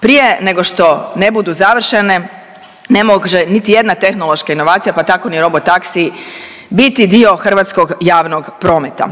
prije nego što ne budu završene, ne može niti jedna tehnološka inovacija, pa tako ni robotaksiji biti dio hrvatskog javnog prometa.